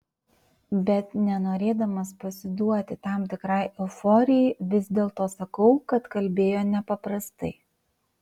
bet nenorėdamas pasiduoti tam tikrai euforijai vis dėlto sakau kad kalbėjo nepaprastai